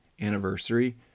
anniversary